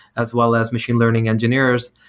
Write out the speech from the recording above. as well as machine learning engineers,